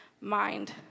mind